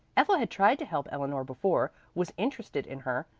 ethel had tried to help eleanor before, was interested in her,